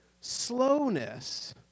slowness